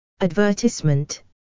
Advertisement